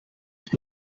sich